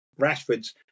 Rashford's